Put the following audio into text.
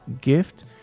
gift